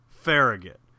Farragut